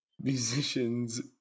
musicians